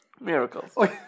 Miracles